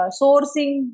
sourcing